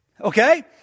Okay